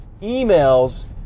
emails